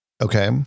Okay